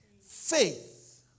faith